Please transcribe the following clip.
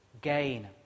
gain